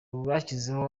rwashyizeho